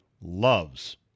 loves